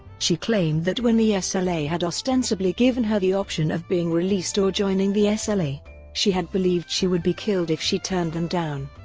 she claimed that when the ah sla had ostensibly given her the option of being released or joining the ah sla, she had believed she would be killed if she turned them down.